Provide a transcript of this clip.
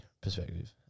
perspective